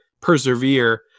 persevere